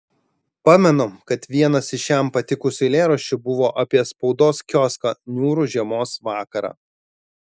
pamenu kad vienas iš jam patikusių eilėraščių buvo apie spaudos kioską niūrų žiemos vakarą